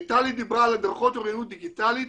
טלי דיברה על הדרכות אוריינות דיגיטלית,